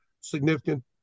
significant